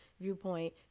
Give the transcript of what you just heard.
viewpoint